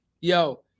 Yo